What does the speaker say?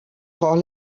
call